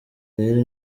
gaelle